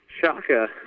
Shaka